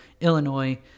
Illinois